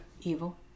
Evil